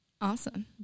Awesome